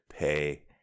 Pay